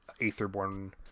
Aetherborn